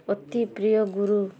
ଅତି ପ୍ରିୟ ଗୁରୁ